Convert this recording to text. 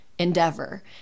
endeavor